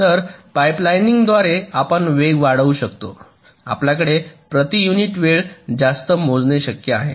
तर पाइपलाइनिंगद्वारे आपण वेग वाढवू शकतो आपल्याकडे प्रति युनिट वेळ जास्त मोजणे शक्य आहे